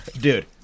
Dude